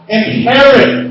inherit